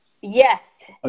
yes